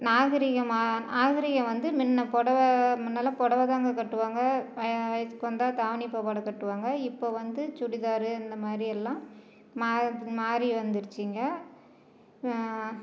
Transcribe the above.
நாகரிகமாக நாகரிகம் வந்து முன்ன புடவ முன்னல்லாம் புடவதாங்க கட்டுவாங்க வய வயசுக்கு வந்தால் தாவணி பாவாடை கட்டுவாங்க இப்போ வந்து சுடிதார் இந்த மாதிரியெல்லாம் மாறுது மாறி வந்துருச்சுங்க